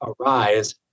arise